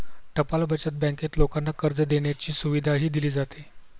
टपाल बचत बँकेत लोकांना कर्ज देण्याची सुविधाही दिली जाते